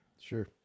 Sure